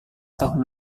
tahun